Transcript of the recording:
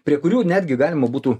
prie kurių netgi galima būtų